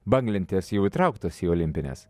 banglentės jau įtrauktos į olimpines